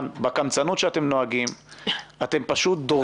בקמצנות שאתם נוהגים אתם פשוטים דורסים